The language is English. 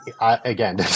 again